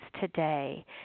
today